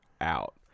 out